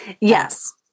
Yes